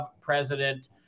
President